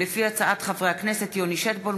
בהצעה של חברי הכנסת יוני שטבון,